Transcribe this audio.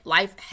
Life